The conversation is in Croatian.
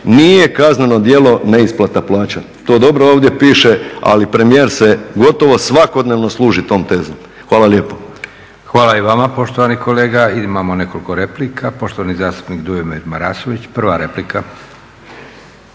nije kazneno djelo neisplata plaća. To dobro ovdje piše, ali premijer se gotovo svakodnevno služi tom tezom. Hvala lijepo. **Leko, Josip (SDP)** Hvala i vama poštovani kolega. Imamo nekoliko replika. Poštovani zastupnik Dujomir Marasović, prva replika.